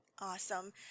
Awesome